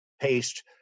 paste